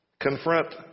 confront